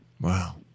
Wow